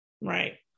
Right